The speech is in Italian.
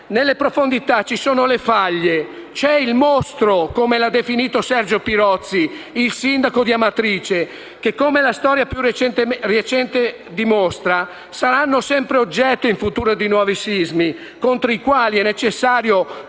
Nelle profondità ci sono le faglie, c'è il «mostro», come l'ha definito Sergio Pirozzi, il sindaco di Amatrice, che, come la storia più recente dimostra, saranno sempre oggetto, in futuro, di nuovi sismi, contro i quali è necessario